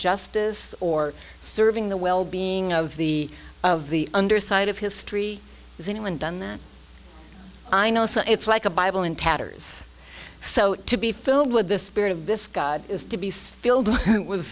justice or serving the well being of the of the underside of history has anyone done that i know so it's like a bible in tatters so to be filled with this spirit of this god is to be filled with